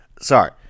Sorry